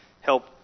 help